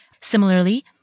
Similarly